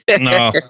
No